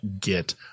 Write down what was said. get